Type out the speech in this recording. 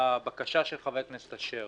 הבקשה של חבר הכנסת אשר